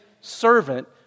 servant